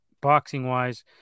boxing-wise –